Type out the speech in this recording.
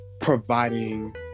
providing